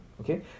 Okay